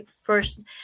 first